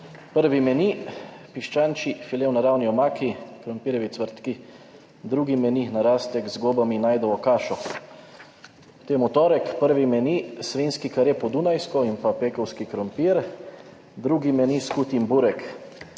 prvi meni piščančji file v naravni omaki, krompirjevi ocvrtki. Drugi meni narastek z gobami, ajdovo kašo. Potem v torek prvi meni svinjski kare po dunajsko in pa pekovski krompir. Drugi meni skutin burek.